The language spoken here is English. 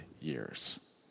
years